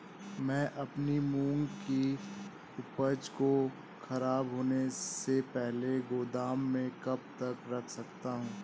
मैं अपनी मूंग की उपज को ख़राब होने से पहले गोदाम में कब तक रख सकता हूँ?